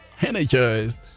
energized